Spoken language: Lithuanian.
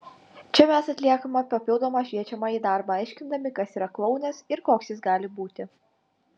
čia mes atliekame papildomą šviečiamąjį darbą aiškindami kas yra klounas ir koks jis gali būti